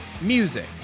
music